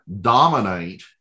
dominate